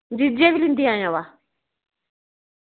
जीजै गी बी लैंदे आवेआं बा